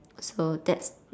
so that's